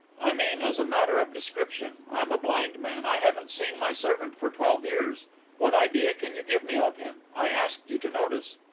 i mean as a matter of description. i am a blind man i haven't seen my servant for twelve years what idea can you give me of him? i asked you to notice.